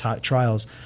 trials